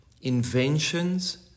inventions